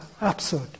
absurd